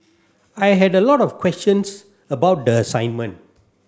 I had a lot of questions about the assignment